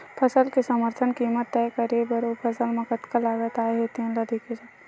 फसल के समरथन कीमत तय करे बर ओ फसल म कतका लागत आए हे तेन ल देखे जाथे